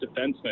defenseman